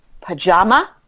pajama